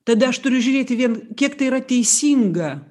tada aš turiu žiūrėti vien kiek tai yra teisinga